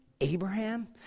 Abraham